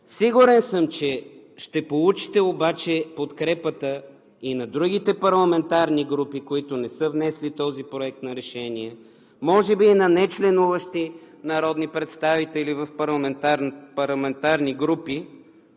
Сигурен съм, че ще получите подкрепата и на другите парламентарни групи, които не са внесли този проект на решение, може би и на нечленуващи народни представители в парламентарни групи.